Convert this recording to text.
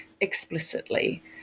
explicitly